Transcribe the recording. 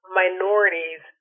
minorities